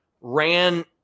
ran